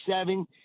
seven